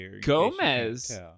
Gomez